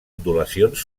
ondulacions